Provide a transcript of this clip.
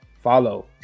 follow